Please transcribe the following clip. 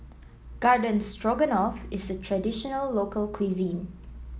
Garden Stroganoff is a traditional local cuisine